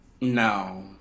no